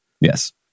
Yes